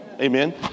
Amen